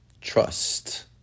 Trust